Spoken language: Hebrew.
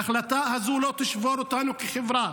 ההחלטה הזאת לא תשבור אותנו כחברה.